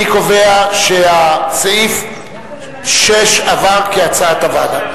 אני קובע שסעיף 7 עבר כהצעת הוועדה.